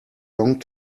long